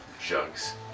jugs